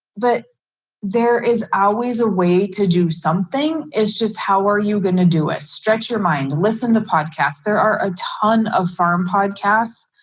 but there is always a way to do something. it's just how are you gonna do it stretch your mind listen to podcasts. there are a ton of farm podcasts.